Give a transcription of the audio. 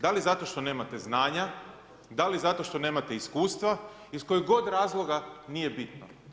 Da li zato što nemate znanja, da li zato što nemate iskustva, iz kojeg god razloga nije bitno.